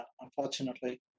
unfortunately